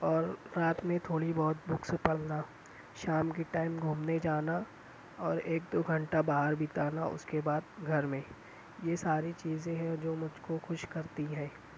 اور رات میں تھوڑی بہت بکس پڑھنا شام کے ٹائم گھومنے جانا اور ایک دو گھنٹہ باہر بتانا اس کے بعد گھر میں یہ ساری چیزیں ہیں جو مجھ کو خوش کرتی ہیں